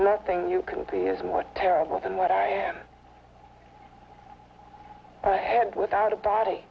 nothing you can see is what terrible than what i am i had without a body